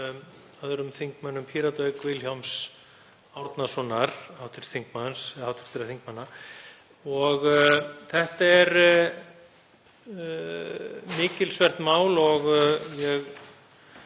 Þetta er mikilsvert mál og ég